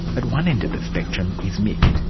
at one end of the spectrum is mick.